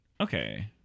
Okay